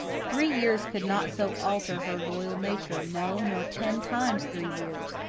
three years could not so alter her loyal nature no, nor ten times three years.